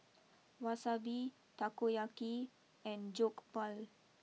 Wasabi Takoyaki and Jokbal